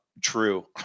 true